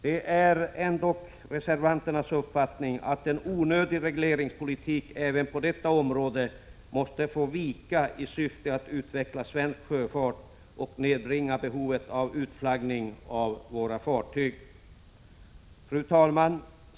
Det är reservanternas uppfattning att en onödig regleringspolitik även på detta område måste få vika i syfte att utveckla svensk sjöfart och nedbringa behovet av utflaggning av våra fartyg. Fru talman!